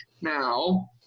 now